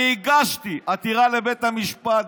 אני הגשתי עתירה לבית המשפט.